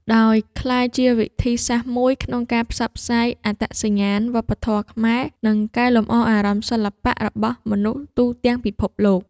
ដោយក្លាយជាវិធីសាស្រ្តមួយក្នុងការផ្សព្វផ្សាយអត្តសញ្ញាណវប្បធម៌ខ្មែរ និងកែលម្អអារម្មណ៍សិល្បៈរបស់មនុស្សទូទាំងពិភពលោក។